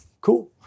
cool